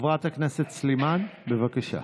חברת הכנסת סלימאן, בבקשה.